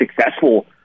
successful